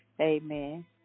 amen